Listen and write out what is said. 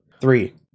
Three